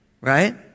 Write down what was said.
right